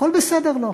הכול בסדר לו,